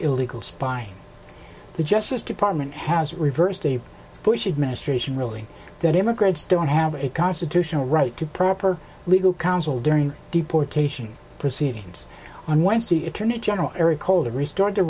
illegal spying the justice department has reversed the bush administration ruling that immigrants don't have a constitutional right to proper legal counsel during deportation proceedings on wednesday attorney general eric holder restored the